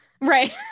Right